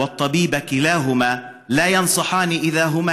(אומר דברים בשפה הערבית, להלן תרגומם: